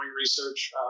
research